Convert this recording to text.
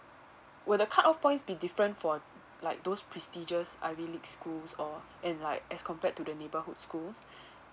will the cutoff points be different for like those prestigious ivy league schools or and like as compared to the neighbourhood schools